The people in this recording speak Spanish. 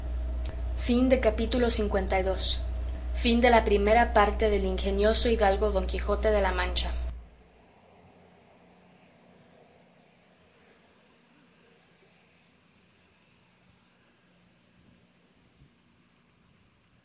primera parte del ingenioso hidalgo don quijote de la mancha